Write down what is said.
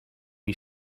you